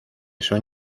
son